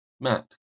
Matt